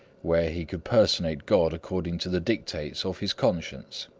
where he could personate god according to the dictates of his conscience.